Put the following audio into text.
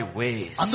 ways